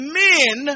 men